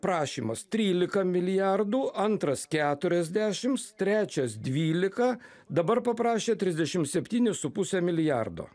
prašymas trylika milijardų antras keturiasdešims trečias dvylika dabar paprašė trisdešim septynis su puse milijardo